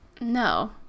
No